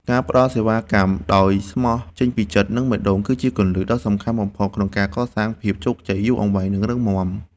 ការផ្ដល់សេវាកម្មដោយស្មោះចេញពីចិត្ត និងបេះដូង គឺជាគន្លឹះដ៏សំខាន់បំផុតក្នុងការកសាងភាពជោគជ័យយូរអង្វែង និងរឹងមាំ។